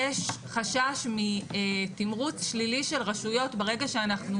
יש חשש מתמרוץ שלילי של רשויות ברגע שאנחנו